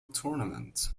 tournament